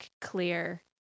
clear